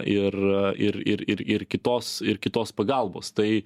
ir ir ir ir ir kitos ir kitos pagalbos tai